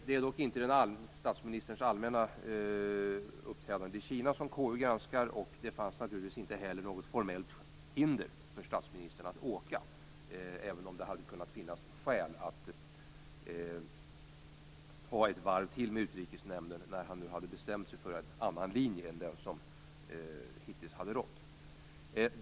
Det är dock inte statsministerns allmänna uppträdande i Kina som KU granskar, och det fanns naturligtvis inte heller något formellt hinder för statsministern att åka dit, även om det hade kunnat finnas skäl att ta ett varv till med Utrikesnämnden när han hade bestämt sig för en annan linje än den som dittills hade rått.